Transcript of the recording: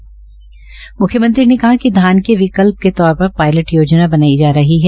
म्ख्यमंत्री ने कहा कि धान के विकल्प के तौर पर पायलेट योजना बनाई जा रही है